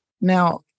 now